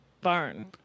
barn